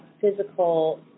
physical